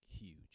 huge